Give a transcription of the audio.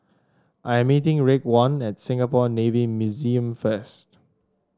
I'm meeting Raekwon at Singapore Navy Museum first